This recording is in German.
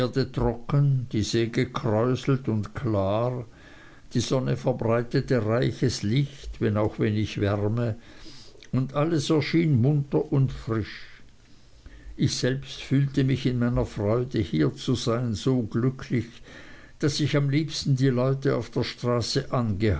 trocken die see gekräuselt und klar die sonne verbreitete reiches licht wenn auch wenig wärme und alles erschien munter und frisch ich selbst fühlte mich in meiner freude hier zu sein so glücklich daß ich am liebsten die leute auf der straße